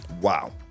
Wow